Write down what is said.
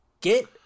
Get